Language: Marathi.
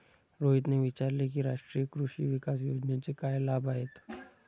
रोहितने विचारले की राष्ट्रीय कृषी विकास योजनेचे काय लाभ आहेत?